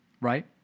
right